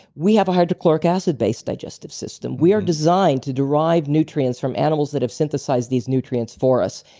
we have a hydrochloric acid base digestive system. we are designed to derive nutrients from animals that have synthesized these nutrients for us.